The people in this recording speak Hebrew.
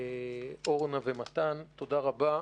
אורנה ומתן, תודה רבה.